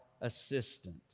assistant